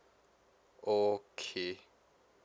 okay